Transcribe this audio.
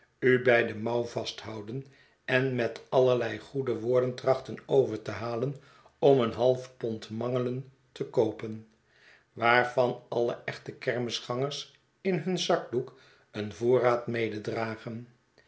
u bij de mouw vasthouden en met allerlei goede woorden trachten overte halen om een half pond mangelen te koopen waarvan alle echte kermisgangers in nun zakdoek een voorraad